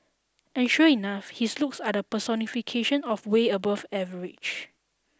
and sure enough his looks are the personification of way above average